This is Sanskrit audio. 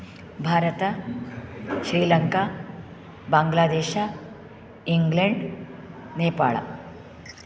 भारत श्रीलङ्का बांग्लादेश इन्ग्लेण्ड् नेपाळ